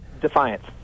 Defiance